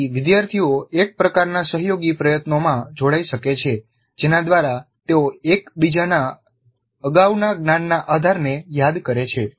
તેથી વિદ્યાર્થીઓ એક પ્રકારનાં સહયોગી પ્રયત્નોમાં જોડાઈ શકે છે જેના દ્વારા તેઓ એકબીજાના અગાઉના જ્ઞાનના આધારને યાદ કરે છે